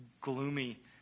gloomy